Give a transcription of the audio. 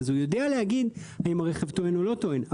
הוא יודע להגיד האם הרכב טוען או לא טוען,